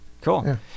Cool